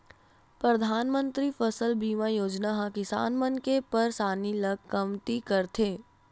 परधानमंतरी फसल बीमा योजना ह किसान मन के परसानी ल कमती करथे